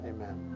Amen